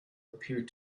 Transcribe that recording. appeared